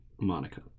Monica